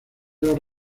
los